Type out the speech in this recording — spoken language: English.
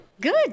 Good